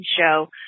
show